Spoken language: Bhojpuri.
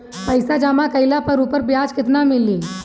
पइसा जमा कइले पर ऊपर ब्याज केतना मिली?